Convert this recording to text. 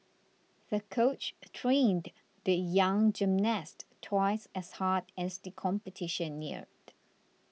the coach trained the young gymnast twice as hard as the competition neared